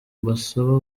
mbasaba